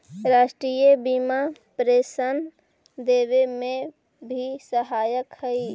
राष्ट्रीय बीमा पेंशन देवे में भी सहायक हई